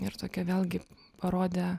ir tokią vėlgi parodė